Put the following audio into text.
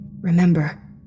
Remember